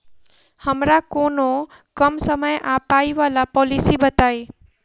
हमरा कोनो कम समय आ पाई वला पोलिसी बताई?